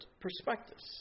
perspectives